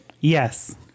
Yes